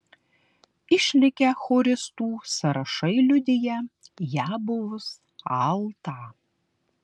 išlikę choristų sąrašai liudija ją buvus altą